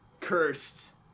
cursed